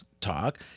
talk